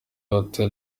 hotel